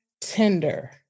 tender